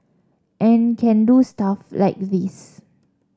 and can do stuff like this